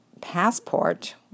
passport